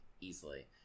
easily